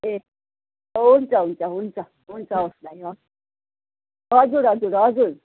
ए हुन्छ हुन्छ हुन्छ हुन्छ हवस् भाइ हवस् हजुर हजुर हजुर